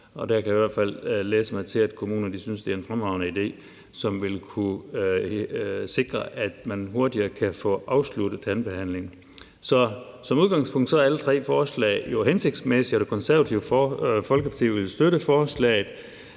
der kan jeg i hvert fald læse mig til, at kommunerne synes, det er en fremragende ide, som vil kunne sikre, at man hurtigere kan få afsluttet tandbehandlingen. Som udgangspunkt er alle tre forslag hensigtsmæssige, og Det Konservative Folkeparti vil støtte forslaget.